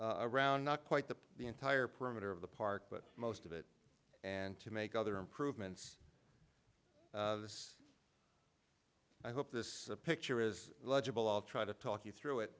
path around not quite the the entire perimeter of the park but most of it and to make other improvements i hope this picture is legible i'll try to talk you through it